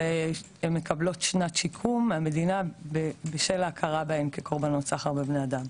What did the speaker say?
הן מקבלות שנת שיקום מהמדינה בשל ההכרה בהן כקורבנות סחר בבני אדם.